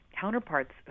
counterparts